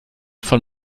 von